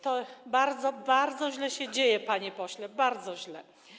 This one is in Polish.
To bardzo źle się dzieje, panie pośle, bardzo źle.